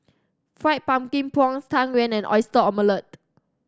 Fried Pumpkin Prawns Tang Yuen and Oyster Omelette